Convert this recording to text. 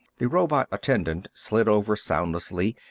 the robot attendant slid over soundlessly,